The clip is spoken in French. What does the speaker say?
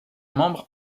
membre